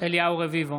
אליהו רביבו,